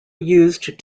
used